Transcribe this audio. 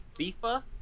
FIFA